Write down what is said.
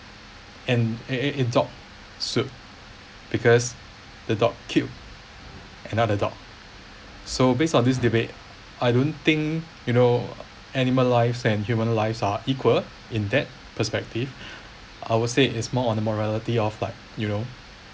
and and and a dog suit because the dog killed another dog so based on this debate I don't think you know animal lives and human lives are equal in that perspective I would say is more on the morality of like you know